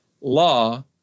law